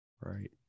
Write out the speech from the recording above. Right